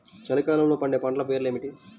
చలికాలంలో పండే పంటల పేర్లు ఏమిటీ?